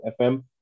FM